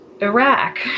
Iraq